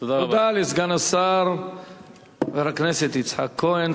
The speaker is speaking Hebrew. תודה לסגן השר חבר הכנסת יצחק כהן.